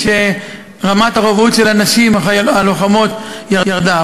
שרמת הרובאות של הנשים הלוחמות ירדה.